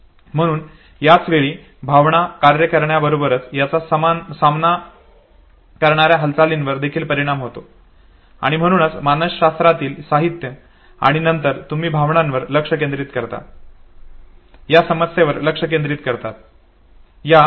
म्हणून त्याच वेळी भावना कार्य करण्याबरोबरच याचा सामना करणार्या हालचालींवर देखील परिणाम होतो आणि म्हणूनच मानसशास्त्रातील साहित्य आणि नंतर तुम्ही भावनांवर लक्ष केंद्रित करतात आणि समस्येवर लक्ष केंद्रित करतात